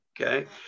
Okay